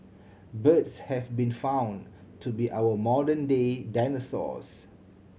birds have been found to be our modern day dinosaurs